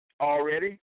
already